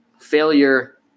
failure